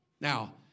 Now